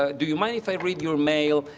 ah do you mind if i read your mail,